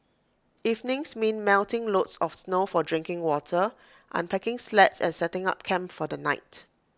evenings mean melting loads of snow for drinking water unpacking sleds and setting up camp for the night